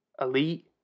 elite